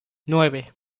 nueve